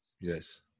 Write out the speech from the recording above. Yes